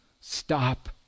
stop